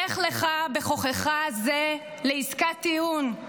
לך לך בכוחך זה לעסקת טיעון.